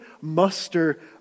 muster